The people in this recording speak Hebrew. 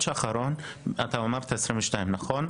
אמרת 22, נכון?